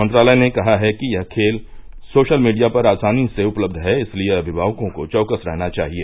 मंत्रालय ने कहा है कि यह खेल सोशल मीडिया पर आसानी से उपलब्ध है इसलिए अभिमावकों को चौकस रहना चाहिए